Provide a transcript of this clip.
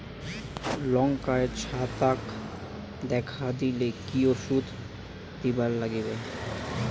লঙ্কায় ছত্রাক দেখা দিলে কি ওষুধ দিবার লাগবে?